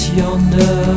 yonder